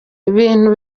ibintu